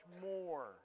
more